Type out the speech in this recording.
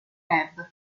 club